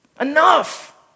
Enough